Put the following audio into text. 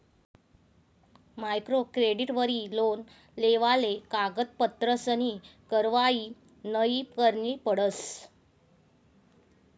micro क्रेडिटवरी loan लेवाले कागदपत्रसनी कारवायी नयी करणी पडस